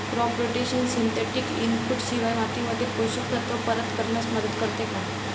Crop rotation synthetic input शिवाय मातीमध्ये पोषक तत्त्व परत करण्यास मदत करते का?